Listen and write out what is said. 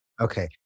Okay